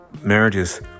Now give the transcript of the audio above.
marriages